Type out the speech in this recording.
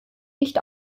nicht